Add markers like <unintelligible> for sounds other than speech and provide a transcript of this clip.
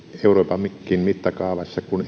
euroopankin mittakaavassa kun <unintelligible>